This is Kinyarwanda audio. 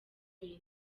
indi